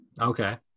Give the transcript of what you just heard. Okay